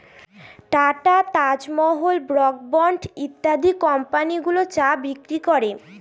tata, Taj Mahal, Brooke Bond ইত্যাদি company গুলো চা বিক্রি করে